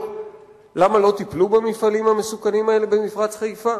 למה לא טיפלו במפעלים המסוכנים האלה במפרץ חיפה?